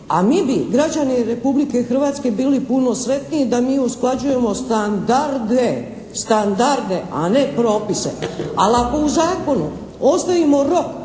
a mi bi građani Republike Hrvatske bili puno sretniji da mi usklađujemo standarde, a ne propise. Al' ako u zakonu ostavimo rok